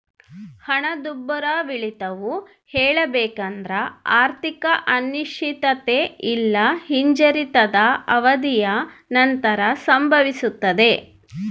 ಹಣದುಬ್ಬರವಿಳಿತವು ಹೇಳಬೇಕೆಂದ್ರ ಆರ್ಥಿಕ ಅನಿಶ್ಚಿತತೆ ಇಲ್ಲಾ ಹಿಂಜರಿತದ ಅವಧಿಯ ನಂತರ ಸಂಭವಿಸ್ತದೆ